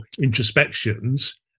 introspections